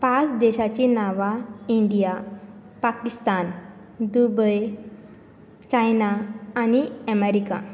पांच देशाची नांवां इंडिया पाकिस्तान दुबय चायना आनी अमेरिका